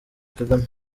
kagame